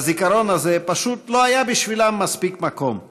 בזיכרון הזה פשוט לא היה בשבילם מספיק מקום.